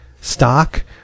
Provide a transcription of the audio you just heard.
stock